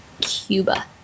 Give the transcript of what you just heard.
Cuba